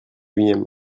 unième